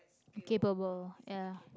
incapable ya